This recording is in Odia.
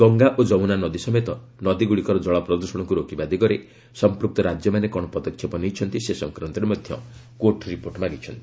ଗଙ୍ଗା ଓ ଯମୁନା ନଦୀ ସମେତ ନଦୀଗୁଡ଼ିକର କଳପ୍ରଦୃଷଣକୁ ରୋକିବା ଦିଗରେ ସମ୍ପୃକ୍ତ ରାଜ୍ୟମାନେ କ'ଣ ପଦକ୍ଷେପ ନେଇଛନ୍ତି ସେ ସଂକ୍ରାନ୍ତରେ ମଧ୍ୟ କୋର୍ଟ ରିପୋର୍ଟ ମାଗିଛନ୍ତି